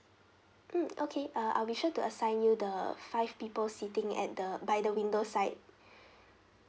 mm okay ah I'll be sure to assign you the five people seating at the by the window side